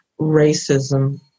racism